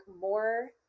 more